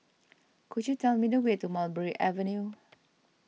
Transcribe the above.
could you tell me the way to Mulberry Avenue